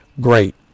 great